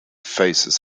faces